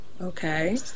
Okay